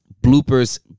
bloopers